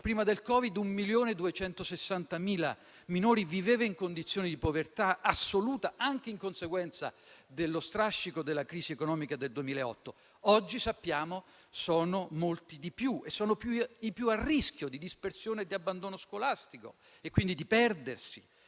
Prima del Covid-19, 1.260.000 minori vivevano in condizioni di povertà assoluta, anche in conseguenza dello strascico della crisi economica del 2008. Oggi sappiamo che sono molti di più. Sono i più a rischio di dispersione, di abbandono scolastico e, quindi, di perdersi.